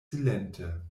silente